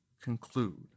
conclude